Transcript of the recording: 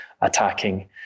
attacking